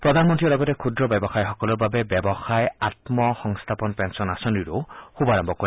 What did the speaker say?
প্ৰধানমন্ত্ৰীয়ে লগতে ক্ষুদ্ৰ ব্যৱসায়সকলৰ বাবে ব্যৱসায় আম্ম সংস্থাপন পেলন আঁচনিৰো শুভাৰম্ভ কৰে